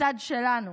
בצד שלנו.